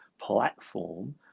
platform